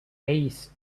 ace